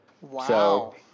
Wow